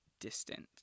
distant